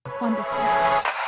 Wonderful